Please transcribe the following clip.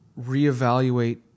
reevaluate